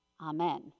Amen